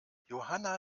johanna